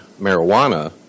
marijuana